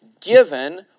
given